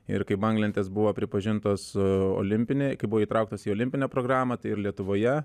ir kai banglentės buvo pripažintos olimpinę kai buvo įtrauktas į olimpinę programą tai ir lietuvoje